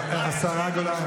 השרה גולן,